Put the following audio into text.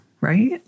right